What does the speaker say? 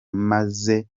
maze